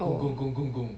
oh